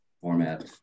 format